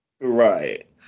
Right